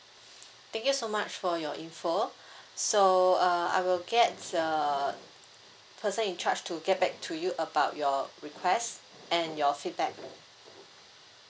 thank you so much for your info so uh I will get uh person in charge to get back to you about your request and your feedback